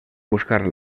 buscar